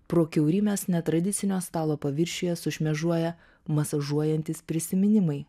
pro kiaurymes netradicinio stalo paviršiuje sušmėžuoja masažuojantys prisiminimai